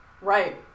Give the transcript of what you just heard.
Right